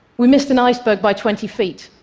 we missed an iceberg by twenty feet.